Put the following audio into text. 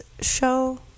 show